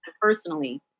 personally